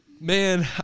Man